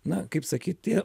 na kaip sakyt tie